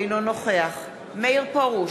אינו נוכח מאיר פרוש,